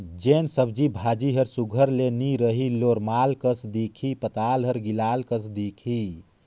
जेन सब्जी भाजी हर सुग्घर ले नी रही लोरमाल कस दिखही पताल हर गिलाल कस दिखही